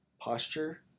posture